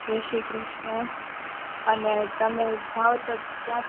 જય શ્રી ક્રિષ્ન અને તમે જાઉં તો ત્યાંથી